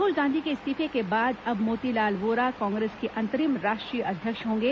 राहुल गांधी के इस्तीफे के बाद अब मोतीलाल वोरा कांग्रेस के अंतरिम राष्ट्रीय अध्यक्ष होंगे